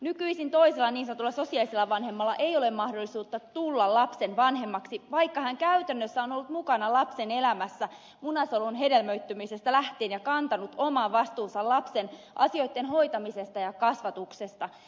nykyisin toisella niin sanotulla sosiaalisella vanhemmalla ei ole mahdollisuutta tulla lapsen vanhemmaksi vaikka hän käytännössä on ollut mukana lapsen elämässä munasolun hedelmöittymisestä lähtien ja kantanut oman vastuunsa lapsen asioitten hoitamisesta ja kasvatuksesta